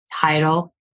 title